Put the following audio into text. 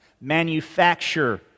manufacture